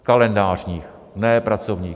Kalendářních, ne pracovních.